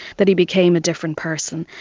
that he became a different person.